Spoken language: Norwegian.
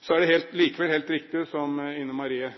Så er det likevel helt riktig, som Ine Marie